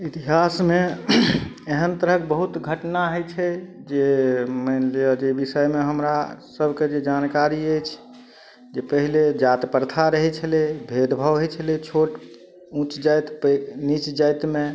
इतिहासमे एहन तरहक बहुत घटना होइ छै जे मानि लिअ जे विषयमे हमरा सबके जे जानकारी अछि जे पहिले जाति प्रथा रहय छलै भेदभाव होइ छलै छोटउँच जाति पैघ नीच जातिमे